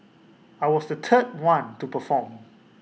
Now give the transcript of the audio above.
I was the third one to perform